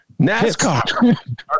NASCAR